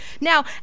now